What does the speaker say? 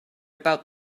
about